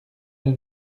elle